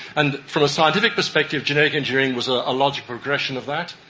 and from a scientific perspective, genetic engineering was ah a logical progression of that,